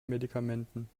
medikamenten